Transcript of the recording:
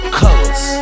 colors